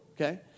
Okay